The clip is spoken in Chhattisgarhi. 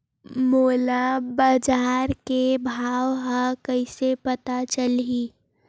मोला बजार के भाव ह कइसे पता चलही?